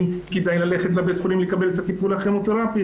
האם כדאי ללכת לבית החולים לקבל את הטיפול הכימותרפי,